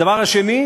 הדבר השני,